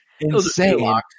insane